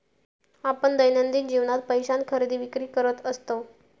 आपण दैनंदिन जीवनात पैशान खरेदी विक्री करत असतव